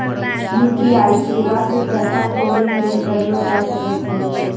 UPI सेबा से पैसा के लेन देन करलो जाय सकै छै